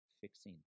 fixing